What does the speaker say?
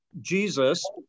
Jesus